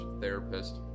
therapist